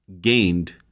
gained